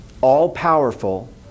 All-powerful